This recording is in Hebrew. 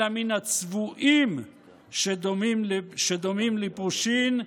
אלא מן הצבועין שדומין לפרושין,